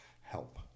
help